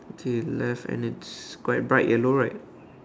okay less and it's quite bright yellow right